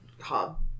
Hob